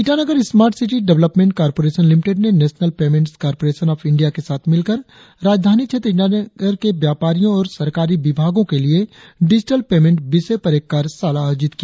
Itanagar smart city development corporation limited ने national payments corporation of India के साथ मिलकर राजधानी क्षेत्र ईटानगर के व्यापारियों और सरकारी विभागों के लिए डिजिटल पैमेंट विषय पर एक कार्यशाला आयोजित किया